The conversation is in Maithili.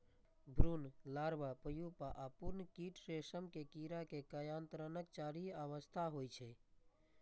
भ्रूण, लार्वा, प्यूपा आ पूर्ण कीट रेशम के कीड़ा के कायांतरणक चारि अवस्था होइ छै